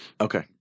Okay